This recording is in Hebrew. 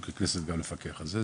וככנסת הוא לפקח על זה,